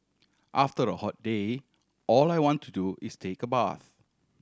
after a hot day all I want to do is take a bath